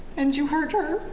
and you hurt her,